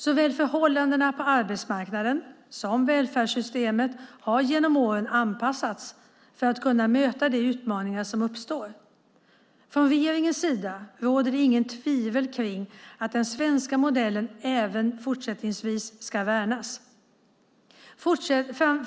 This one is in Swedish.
Såväl förhållandena på arbetsmarknaden som välfärdssystemet har genom åren anpassats för att kunna möta de utmaningar som uppstår. Från regeringens sida råder det inget tvivel om att den svenska modellen även fortsättningsvis ska värnas.